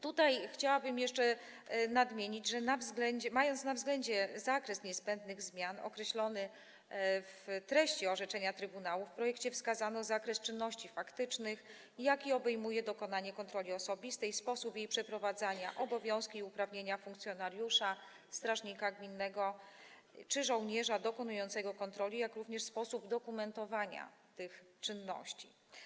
Tutaj chciałabym jeszcze nadmienić, że mając na względzie zakres niezbędnych zmian określony w treści orzeczenia trybunału, w projekcie wskazano zakres czynności faktycznych, który obejmuje dokonanie kontroli osobistej, sposób jej przeprowadzania, obowiązki i uprawnienia funkcjonariusza, strażnika gminnego czy żołnierza dokonującego kontroli, jak również sposób dokumentowania tych czynności.